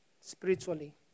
spiritually